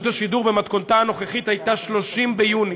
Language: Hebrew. השידור במתכונתה הנוכחית היה 30 ביוני.